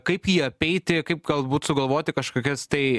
kaip jį apeiti kaip galbūt sugalvoti kažkokias tai